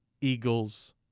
eagles